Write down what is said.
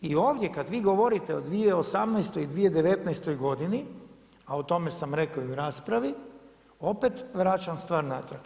I ovdje kada vi govorite o 2018. i 2019. godini a o tome sam rekao i u raspravi opet vraćam stvar natrag.